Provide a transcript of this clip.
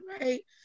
right